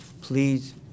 Please